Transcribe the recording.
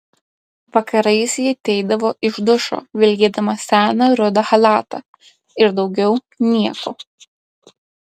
vakarais ji ateidavo iš dušo vilkėdama seną rudą chalatą ir daugiau nieko